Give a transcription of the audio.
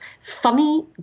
funny